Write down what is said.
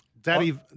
Daddy